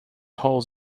holes